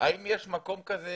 האם יש מקום כזה